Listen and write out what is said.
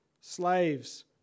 slaves